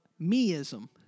meism